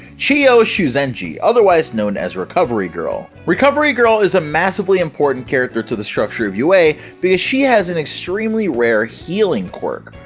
chiyo shuzenji, otherwise known as recovery girl! recovery girl is a massively important character to the structure of u a, because she has an extremely rare healing quirk.